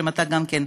אם היית שם גם כן.